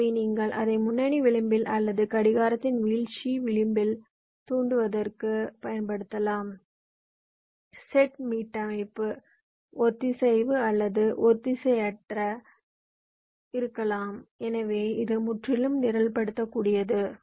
எனவே நீங்கள் அதை முன்னணி விளிம்பில் அல்லது கடிகாரத்தின் வீழ்ச்சி விளிம்பில் தூண்டுவதற்குப் பயன்படுத்தலாம் செட் மீட்டமைப்பு ஒத்திசைவு அல்லது ஒத்திசைவற்றதாக இருக்கலாம் எனவே இது முற்றிலும் நிரல்படுத்தக்கூடியது